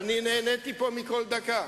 רן בנימיני כבר נכנס לשידור.